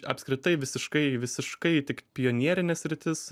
apskritai visiškai visiškai tik pionierinė sritis